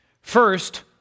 First